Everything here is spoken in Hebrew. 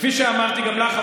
כפי שאמרתי גם לך,